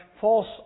false